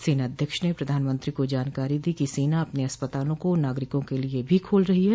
सेनाध्यक्ष ने प्रधानमंत्री को जानकारी दी कि सेना अपने अस्पतालों को नागरिकों के लिए भी खोल रही है